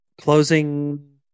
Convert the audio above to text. closing